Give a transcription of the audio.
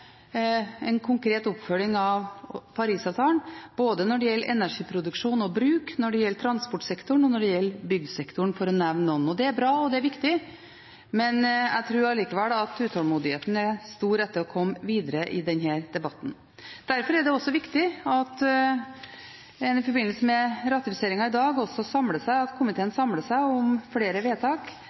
en konkret oppfølging av Paris-avtalen både når det gjelder energiproduksjon og -bruk, når det gjelder transportsektoren og når det gjelder byggsektoren, for å nevne noen. Det er bra, og det er viktig, men jeg tror likevel at utålmodigheten er stor etter å komme videre i denne debatten. Derfor er det også viktig at komiteen i forbindelse med ratifiseringen i dag samler seg om flere vedtak